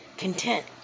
content